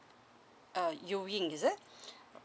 uh you ying is it